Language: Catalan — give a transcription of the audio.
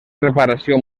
reparació